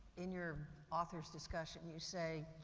in your authors discussion you say,